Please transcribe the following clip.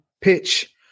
pitch